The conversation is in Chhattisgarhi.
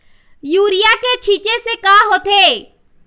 यूरिया के छींचे से का होथे?